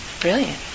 brilliant